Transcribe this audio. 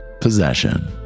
Possession